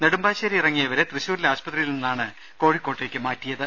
നെടുമ്പാശ്ശേരി ഇറങ്ങിയ ഇവരെ തൃശൂരിലെ ആശുപത്രിയിൽ നിന്നാണ് ഇവിടേക്ക് മാറ്റിയത്